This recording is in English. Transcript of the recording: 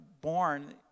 born